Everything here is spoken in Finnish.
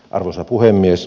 arvoisa puhemies